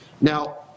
Now